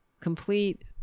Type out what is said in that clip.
Complete